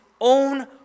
own